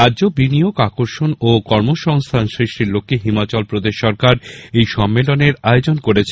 রাজ্যে বিনিয়োগ আকর্ষণ ও কর্মসংস্থান সৃষ্টির লক্ষে হিমাচলপ্রদেশ সরকার এই সম্মেলনের আয়োজন করছে